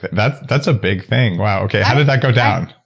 but that's that's a big thing, wow okay how did that go down?